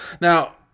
now